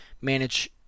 manage